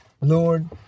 Lord